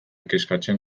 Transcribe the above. kezkatzen